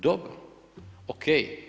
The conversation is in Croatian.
Dobro, ok.